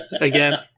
Again